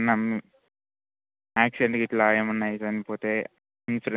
yes ma'am loan వస్తుంది దాంతో పాటు క్రెడిట్ కార్దు కూడా తీసుకోవాలి